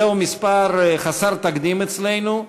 מספר חסר תקדים אצלנו,